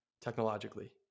technologically